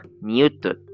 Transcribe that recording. Newton